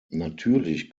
natürlich